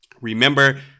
Remember